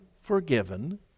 forgiven